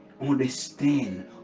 understand